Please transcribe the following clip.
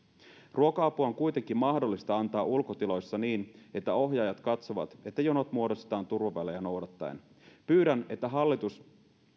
ruoka apua on kuitenkin mahdollista antaa ulkotiloissa niin että ohjaajat katsovat että jonot muodostetaan turvavälejä noudattaen pyydän että hallitus